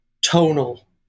tonal